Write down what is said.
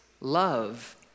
love